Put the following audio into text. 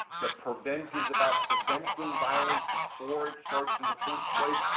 the prevent is about preventing violence before it starts in the first place.